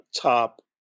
top